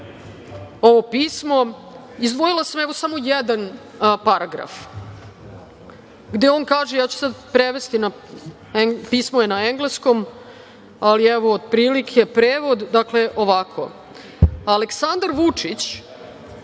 ovo pismo, izdvojila sam samo jedan paragraf gde on kaže, ja ću sad prevesti. Pismo je na engleskom, ali, evo, otprilike prevod, dakle, ovako – Aleksandar Vučić,